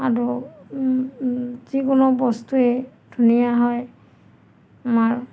আৰু যিকোনো বস্তুৱেই ধুনীয়া হয় আমাৰ